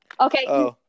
Okay